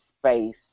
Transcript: space